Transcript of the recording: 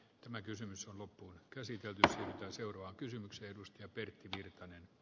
tämä kysymys on loppuun käsitelty tässä ja seuraa kysymyksiä edustaja pertti virtanen